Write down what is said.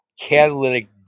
Catalytic